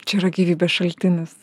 čia yra gyvybės šaltinis